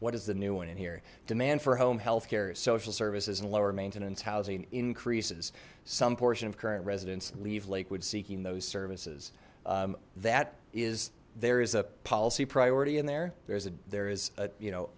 what is the new one in here demand for home health care social services and lower maintenance housing increases some portion of current residents leave lakewood seeking those services that is there is a policy priority in there there's a there is a you know